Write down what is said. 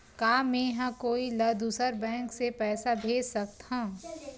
का मेंहा कोई ला दूसर बैंक से पैसा भेज सकथव?